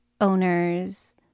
owners